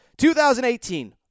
2018